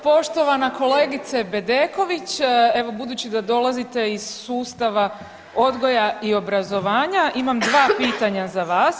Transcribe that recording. Poštovana kolegice Bedeković, evo budući da dolazite iz sustava odgoja i obrazovanja imam dva pitanja za vas.